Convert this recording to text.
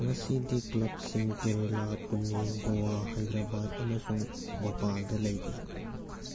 ꯉꯁꯤꯗꯤ ꯀ꯭ꯂꯕꯁꯤꯡ ꯀꯦꯔꯦꯂꯥ ꯄꯨꯅꯦ ꯒꯣꯋꯥ ꯍꯥꯏꯗ꯭ꯔꯕꯥꯠ ꯑꯃꯁꯨꯡ ꯚꯣꯄꯥꯜꯗ ꯂꯩꯔꯤ